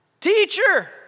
Teacher